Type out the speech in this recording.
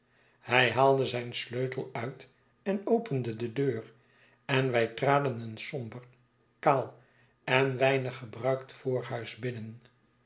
hij haalde zijn sleutel uit en opende de deur en wij traden een somber kaal en weinig gebruikt voorhuis binnen